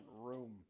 room